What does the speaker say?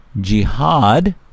Jihad